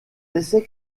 essais